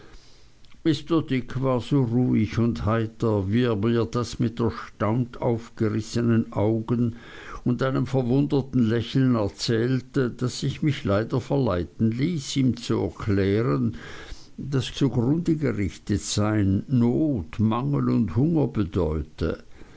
mr dick war so ruhig und heiter wie er mir das mit erstaunt aufgerißnen augen und einem verwunderten lächeln erzählte daß ich mich leider verleiten ließ ihm zu erklären daß zugrundegerichtetsein not mangel und hunger bedeute